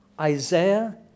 Isaiah